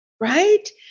right